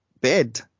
bed